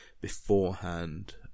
beforehand